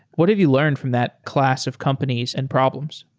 what have you learned from that class of companies and problems?